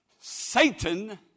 Satan